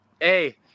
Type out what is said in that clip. Hey